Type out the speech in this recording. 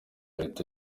leta